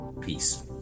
peace